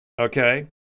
okay